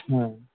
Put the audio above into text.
হয়